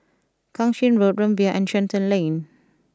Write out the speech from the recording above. Kang Ching Road Rumbia and Shenton Lane